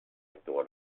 thought